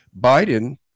Biden